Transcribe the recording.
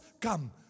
come